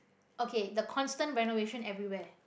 okay the constant renovation everywhere